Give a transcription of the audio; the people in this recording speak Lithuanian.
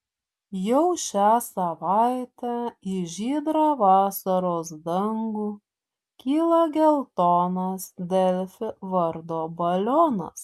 jau šią savaitę į žydrą vasaros dangų kyla geltonas delfi vardo balionas